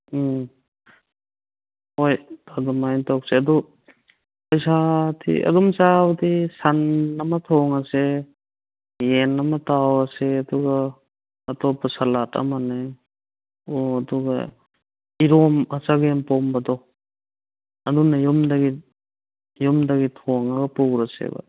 ꯎꯝ ꯍꯣꯏ ꯑꯗꯨꯃꯥꯏꯅ ꯇꯧꯁꯦ ꯑꯗꯨ ꯄꯩꯁꯥꯗꯤ ꯑꯗꯨꯝ ꯆꯥꯕꯗꯤ ꯁꯟ ꯑꯃ ꯊꯣꯡꯉꯁꯦ ꯌꯦꯟ ꯑꯃ ꯇꯥꯎꯔꯁꯦ ꯑꯗꯨꯒ ꯑꯇꯣꯞꯄ ꯁꯂꯥꯠ ꯑꯃꯅꯦ ꯑꯣ ꯑꯗꯨꯒ ꯆꯒꯦꯝꯄꯣꯝꯕꯗꯣ ꯑꯗꯨꯅ ꯌꯨꯝꯗꯒꯤ ꯌꯨꯝꯗꯒꯤ ꯊꯣꯡꯉꯒ ꯄꯨꯔꯁꯦꯕ